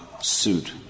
suit